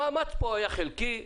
המאמץ פה היה חלקי,